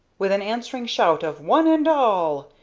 with an answering shout of one and all!